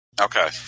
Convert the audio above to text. Okay